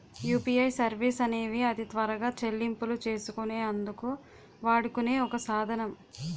UPI services అనేవి అతి త్వరగా చెల్లింపులు చేసుకునే అందుకు వాడుకునే ఒక సాధనం